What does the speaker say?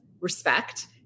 respect